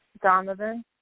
Donovan